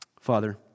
Father